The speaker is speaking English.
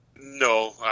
No